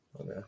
Okay